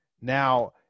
Now